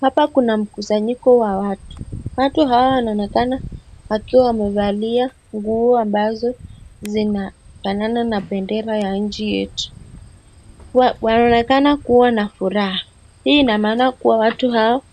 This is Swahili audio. Hapa kuna mkusanyiko wa watu. Watu hawa wanaonekana wakiwa wamevalia nguo ambazo zinafanana na bendera ya nchi yetu. Wanaonekana kuwa na furaha. Hii ina maana kuwa watu hawa